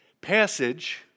passage